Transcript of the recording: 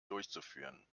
durchzuführen